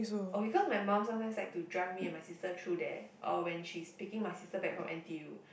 oh because my mum sometimes like to drive me and my sister through there oh when she's picking my sister back form N_T_U